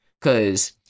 Cause